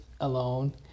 alone